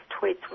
tweets